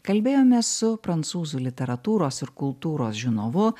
kalbėjomės su prancūzų literatūros ir kultūros žinovu